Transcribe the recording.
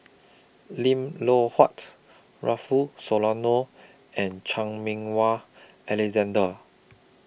Lim Loh Huat Rufino Soliano and Chan Meng Wah Alexander